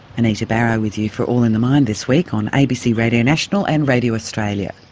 anita barraud with you for all in the mind this week on abc radio national and radio australia.